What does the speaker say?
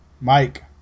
Mike